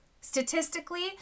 Statistically